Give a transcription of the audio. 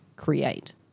create